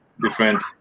different